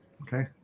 Okay